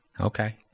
Okay